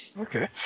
Okay